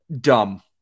dumb